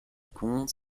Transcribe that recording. compte